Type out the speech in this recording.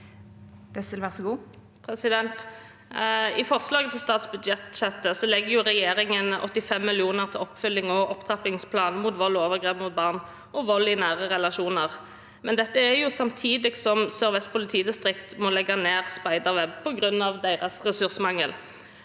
I forslaget til stats- budsjett legger regjeringen inn 85 mill. kr til oppfølging av opptrappingsplanen mot vold og overgrep mot barn og vold i nære relasjoner, men dette skjer jo samtidig som Sør-Vest politidistrikt må legge ned Spiderweb på grunn av ressursmangel.